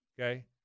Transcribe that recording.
Okay